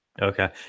Okay